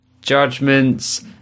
judgments